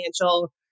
financial